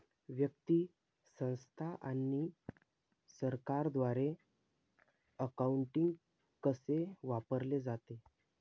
व्यक्ती, संस्था आणि सरकारद्वारे अकाउंटिंग कसे वापरले जाते